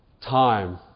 time